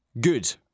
good